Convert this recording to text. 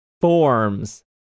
forms